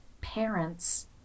parents